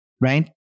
right